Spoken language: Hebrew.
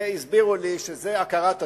הסבירו לי שזה הכרת הטוב,